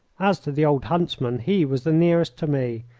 as to the old huntsman, he was the nearest to me,